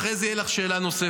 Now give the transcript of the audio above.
אחרי זה תהיה לך שאלה נוספת.